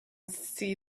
see